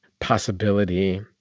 possibility